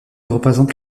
représente